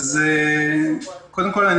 קודם כול,